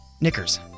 knickers